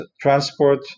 transport